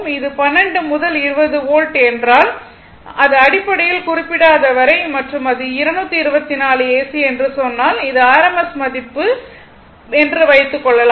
இது 12 முதல் 20 வோல்ட் என்றால் அது அடிப்படையில் குறிப்பிடப்படாத வரை மற்றும் அது 224 ஏசி என்று சொன்னால் இது ஆர்எம்எஸ் மதிப்பு என்று வைத்துக் கொள்ளலாம்